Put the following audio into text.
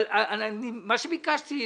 אבל מה שביקשתי לדעת,